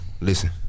Listen